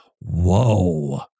Whoa